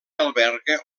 alberga